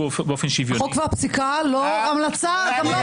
באופן שוויוני -- החוק והפסיקה לא המלצה ------ אני